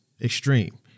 extreme